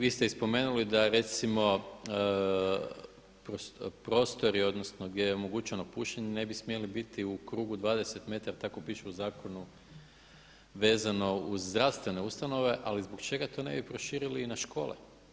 Vi ste i spomenuli da recimo prostori, odnosno gdje je omogućeno pušenje ne bi smjeli biti u krugu 20 metara, tako piše u zakonu vezano uz zdravstvene ustanove ali zbog čega to ne bi proširili i na škole?